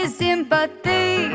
sympathy